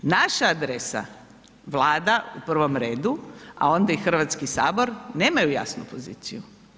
Naša adresa Vlada u prvom redu, a onda i Hrvatski sabor nemaju jasnu poziciju.